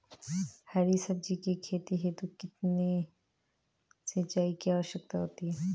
हरी सब्जी की खेती हेतु कितने सिंचाई की आवश्यकता होती है?